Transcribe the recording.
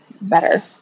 better